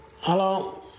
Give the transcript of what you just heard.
Hello